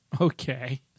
okay